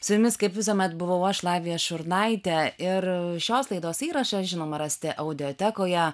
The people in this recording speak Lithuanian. su jumis kaip visuomet buvau aš lavija šurnaitė ir šios laidos įrašą žinoma rasite audiotekoje